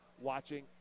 watching